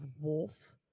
Wolf